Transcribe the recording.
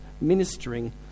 ministering